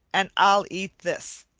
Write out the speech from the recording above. and i'll eat this,